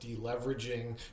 deleveraging